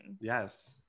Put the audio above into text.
Yes